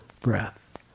breath